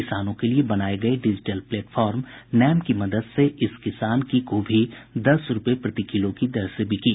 किसानों के लिये बनाये गये डिजिटल प्लेटफार्म नैम की मदद से इस किसान की गोभी दस रूपये प्रति किलो की दर से बिकी